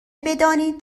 بدانید